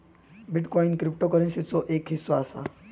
bitcoin क्रिप्टोकरंसीचोच एक हिस्सो असा